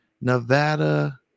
Nevada